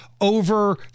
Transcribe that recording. over